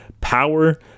Power